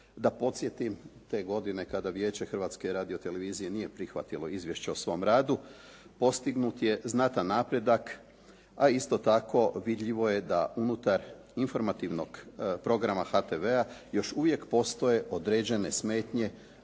da podsjetim te godine Vijeće Hrvatske radiotelevizije nije prihvatilo izvješće o svom radu, postignut je znatan napredak, a isto tako vidljivo je da unutar informativnog programa HTV-a još uvijek postoje određene smetnje